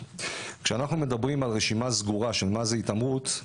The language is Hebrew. כשאנחנו מדברים על רשימה סגורה מה זה התעמרות,